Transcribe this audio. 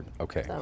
Okay